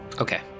Okay